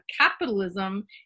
Capitalism